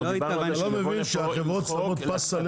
אנחנו דיברנו --- אתה לא מבין שהחברות שמות פס עלינו.